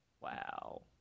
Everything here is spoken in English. Wow